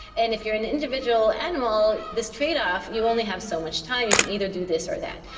and if you are an individual animal, this trade-off, you only have so much time, you can either do this or that.